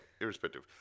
irrespective